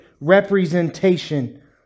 representation